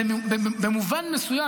במובן מסוים,